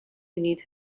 beneath